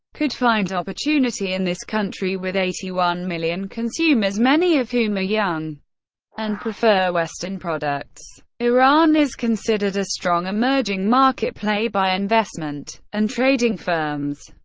could find opportunity in this country with eighty one million consumers, many of whom are ah young and prefer western products. iran is considered a strong emerging market play by investment and trading firms.